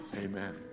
Amen